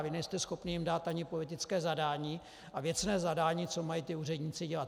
Vy nejste schopni jim dát ani politické zadání a věcné zadání, co mají ti úředníci dělat.